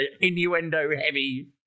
innuendo-heavy